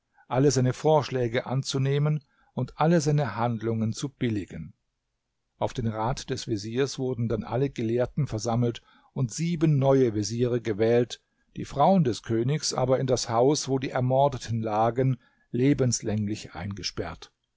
alle seine vorschläge anzunehmen und alle seine handlungen zu billigen auf den rat des veziers wurden dann alle gelehrten versammelt und sieben neue veziere gewählt die frauen des königs aber in das haus wo die ermordeten lagen lebenslänglich eingesperrt